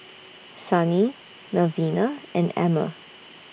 Sunny Melvina and Emmer